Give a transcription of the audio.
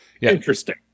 interesting